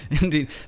indeed